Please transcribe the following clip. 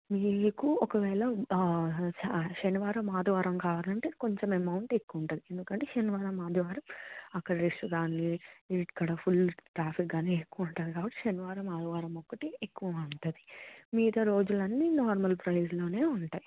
మీకు ఒకవేళ శనివారం ఆదివారం కావాలంటే కొంచం అమౌంట్ ఎక్కువ ఉంటుంది ఎందుకంటే శనివారం ఆదివారం అక్కడ రష్ కానీ ఇక్కడ ఫుల్ ట్రాఫిక్ కానీ ఎక్కువ ఉంటుంది కాబట్టి శనివారం ఆదివారం ఒక్కటి ఎక్కువగా ఉంటుంది మిగతా రోజులు అన్నీ నార్మల్ ప్రైస్ లో ఉంటాయి